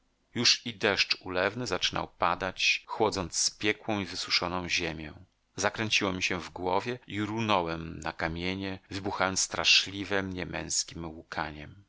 już i deszcz ulewny zaczynał padać chłodząc spiekłą i wysuszoną ziemię zakręciło mi się w głowie i runąłem na kamienie wybuchając straszliwem niemęskiem łkaniem